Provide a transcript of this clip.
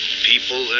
People